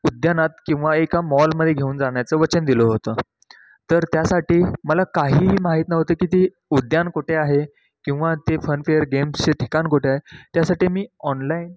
उद्यानात किंवा एका मॉलमध्ये घेऊन जाण्याचं वचन दिलं होतं तर त्यासाठी मला काहीही माहीत नव्हतं की ती उद्यान कुटे आहे किंवा ते फनफेअर गेम्सचे ठिकाण कुठे आहे त्यासाठी मी ऑनलाईन